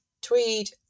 Tweed